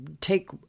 take